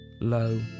low